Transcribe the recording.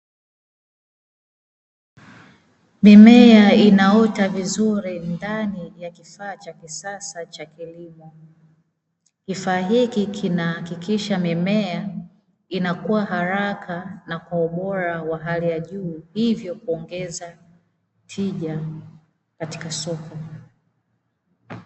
Mimea inaota vizuri ndani ya kifaa cha kisasa cha kilimo, kifaa hiki kinahakikisha mimea inakuwa kwa haraka na kwa ubora wa hali ya juu hivyo kuongeza tija katika soko.